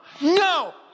No